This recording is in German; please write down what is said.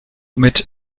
mit